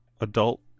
adult